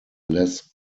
less